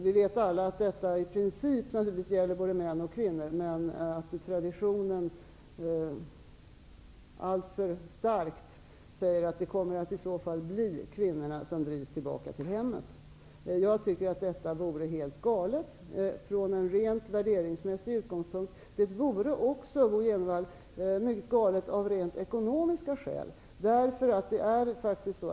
Vi vet alla att detta i princip gäller både män och kvinnor, men traditionen visar alltför starkt att det kommer att bli kvinnorna som drivs tillbaka till hemmet. Jag tycker att detta vore helt galet från en rent värderingsmässig utgångspunkt. Det vore också, Bo Jenevall, mycket galet av rent ekonomiska skäl.